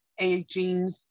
aging